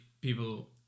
people